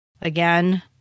again